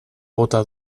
bota